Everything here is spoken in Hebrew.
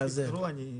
במשרד.